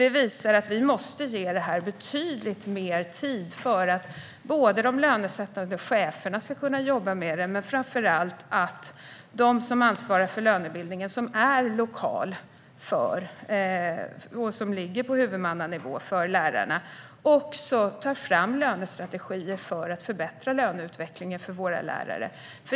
Det visar att vi måste ge Lärarlönelyftet mer tid för att de lönesättande cheferna ska kunna jobba med det och framför allt för att de som ansvarar för lönebildningen för lärarna, en lokal fråga som ligger på huvudmannanivå, tar fram lönestrategier för att förbättra löneutvecklingen för våra lärare.